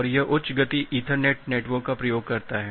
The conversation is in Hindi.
और यह उच्च गति ईथरनेट नेटवर्क का उपयोग करता है